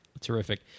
Terrific